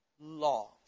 law